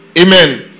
Amen